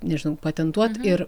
nežinau patentuoti ir